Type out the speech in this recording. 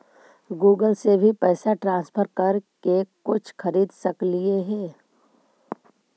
Google से भी पैसा ट्रांसफर कर के कुछ खरिद सकलिऐ हे?